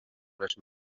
les